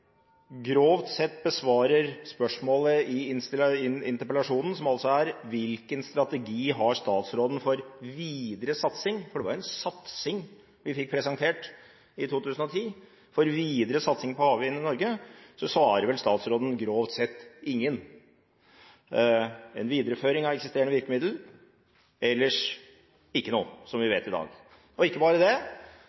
Spørsmålet i interpellasjonen er: Hvilken strategi har statsråden for videre satsing – for det var en satsing vi fikk presentert i 2010 – på havvind i Norge? På det svarer statsråden grovt sett ingen. Det skal være en videreføring av eksisterende virkemidler, ellers ikke noe – som vi